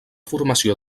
formació